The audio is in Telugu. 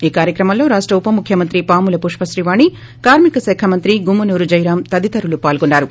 ఈ కార్యక్రమంలో రాష్ట ఉపముఖ్యమంత్రి పాముల పుష్పత్రీవాణి కార్మికశాఖ మంత్రి గుమ్మ నూరు జయరాం తదితరులు పాల్గొన్నారు